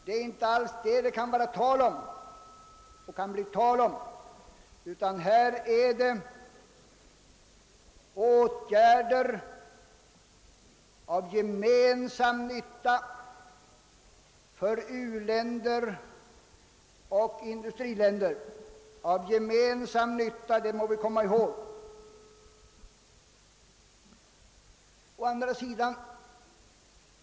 Det kan inte bli tal om det, utan här är det fråga om åtgärder till gemensam nytta för u-länder och industriländer. Vi måste komma ihåg att det skall vara till gemensam nytta.